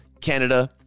Canada